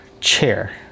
chair